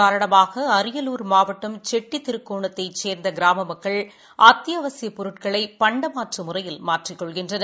காரணமாகஅரியலூர் மாவட்டம் செட்டிதிருக்கோணத்தைச் சேர்ந்தகிராமமக்கள் ஊரடங்கு அத்தியாவசியப் பொருட்களைபண்டமாற்றுமுறையில் மாற்றிக் கொள்கின்றனர்